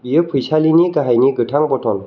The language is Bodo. बेयो फैसालिनि गाहायनि गोथां बटन